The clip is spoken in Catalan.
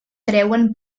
treuen